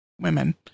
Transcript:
women